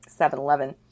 7-Eleven